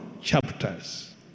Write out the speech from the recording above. chapters